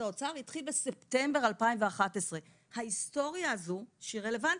האוצר התחיל בספטמבר 2011. ההיסטוריה הזו שהיא רלוונטית,